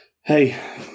hey